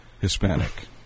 Hispanic